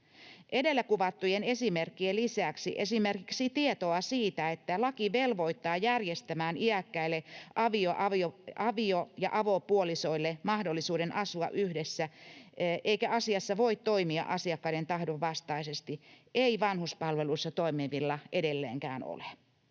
Edellä kuvattujen esimerkkien lisäksi esimerkiksi tietoa siitä, että laki velvoittaa järjestämään iäkkäille avio- ja avopuolisoille mahdollisuuden asua yhdessä eikä asiassa voi toimia asiakkaiden tahdon vastaisesti, ei vanhuspalveluissa toimivilla edelleenkään ole.